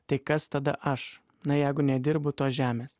tai kas tada aš na jeigu nedirbu tos žemės